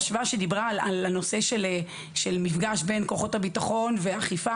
שדיברה על מפגש בין כוחות הביטחון ואכיפה